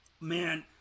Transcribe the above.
Man